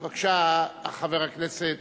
בבקשה, חבר הכנסת